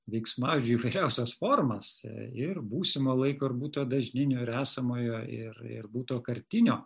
veiksmažodžių įvairiausias formas ir būsimo laiko ir būtojo dažninio esamojo ir ir būtojo kartinio